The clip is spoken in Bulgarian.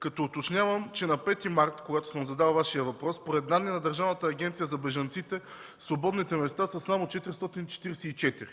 като уточнявам, че на 5 март 2014 г., когато съм задал своя въпрос, според данни на Държавната агенция за бежанците свободните места са само 444.